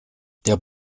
der